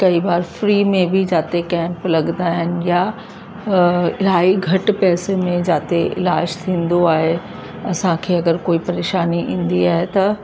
कई बार फ़्री में बि जिते कैम्प लॻंदा आहिनि यां इलाही पैसे में जिते इलाजु थींदो आहे असांखे अगरि कोई परेशानी ईंदी आहे त